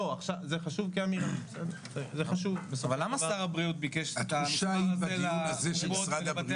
אבל זה כן משהו שאפשר לנהל עליו שיח ולשקול